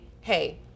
hey